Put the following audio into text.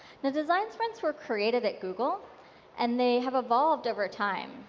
the design sprints were created at google and they have evolved over time.